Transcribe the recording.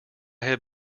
have